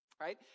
Right